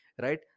right